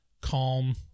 calm